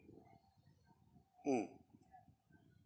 mm